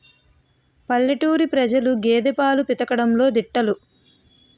పల్లెటూరు ప్రజలు గేదె పాలు పితకడంలో దిట్టలు